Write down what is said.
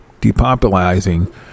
depopulizing